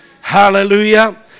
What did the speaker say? Hallelujah